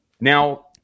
now